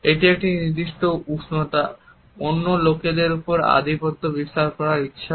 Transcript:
এটি একটি নির্দিষ্ট উষ্ণতা অন্য লোকেদের উপর আধিপত্য বিস্তার করার ইচ্ছা